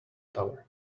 tower